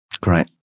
Great